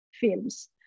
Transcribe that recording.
films